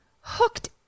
hooked